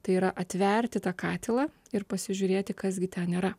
tai yra atverti tą katilą ir pasižiūrėti kas gi ten yra